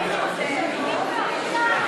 אני לא מאמינה.